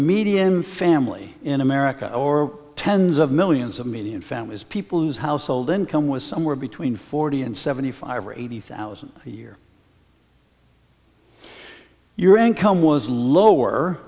median family in america or tens of millions of median families people whose household income was somewhere between forty and seventy five or eighty thousand a year your income was lower